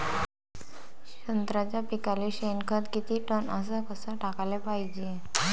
संत्र्याच्या पिकाले शेनखत किती टन अस कस टाकाले पायजे?